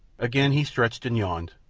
again he stretched and yawned,